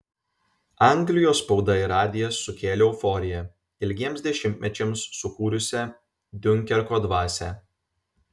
anglijos spauda ir radijas sukėlė euforiją ilgiems dešimtmečiams sukūrusią diunkerko dvasią